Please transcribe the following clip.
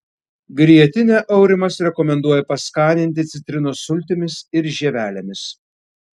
grietinę aurimas rekomenduoja paskaninti citrinos sultimis ir žievelėmis